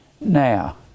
Now